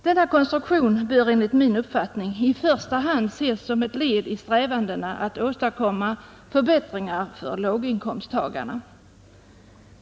Denna konstruktion bör enligt min uppfattning i första hand ses som ett led i strävandena att åstadkomma förbättringar för låginkomsttagarna.